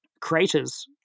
craters